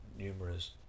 numerous